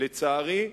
לצערי,